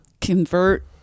convert